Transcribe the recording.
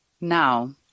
Now